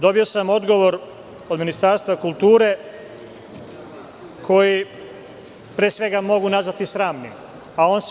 Dobio sam odgovor od Ministarstva kulture koji pre svega mogu nazvati sramnim.